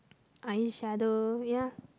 eyeshadow ya